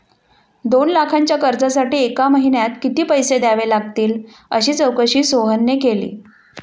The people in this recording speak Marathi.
दोन लाखांच्या कर्जासाठी एका महिन्यात किती पैसे द्यावे लागतील अशी चौकशी सोहनने केली